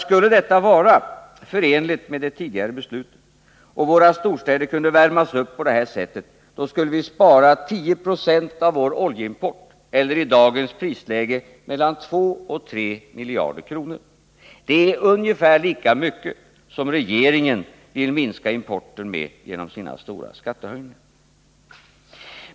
Skulle detta vara förenligt med det tidigare beslutet och våra storstäder kunde värmas upp på detta sätt skulle vi spara 10 96 av vår oljeimport eller, i dagens prisläge, mellan 2 och 3 miljarder kronor. Det är ungefär lika mycket som regeringen vill minska importen. med genom sina stora skattehöjningar.